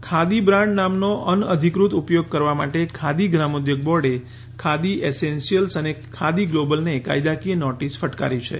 khadi brand નામન અનધિકૃત ઉ યાણ કરવા માટે ખાદી ગ્રામાદ્યણ બાર્ડે ખાદી એસેન્શિયલ્સ અને ખાદી ગ્લાબલને કાયદાકીય નાટિસ ફટકારી છે